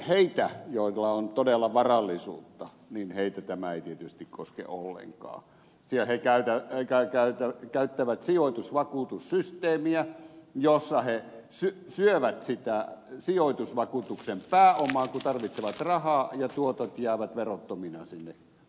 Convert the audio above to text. heitä joilla on todella varallisuutta tämä ei tietysti koske ollenkaan sillä he käyttävät sijoitusvakuutussysteemiä jossa he syövät sitä sijoitusvakuutuksen pääomaa kun tarvitsevat rahaa ja tuotot jäävät verottomina sinne kasvamaan